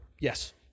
Yes